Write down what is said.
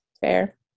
fair